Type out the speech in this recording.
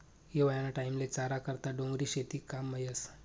हिवायाना टाईमले चारा करता डोंगरी शेती काममा येस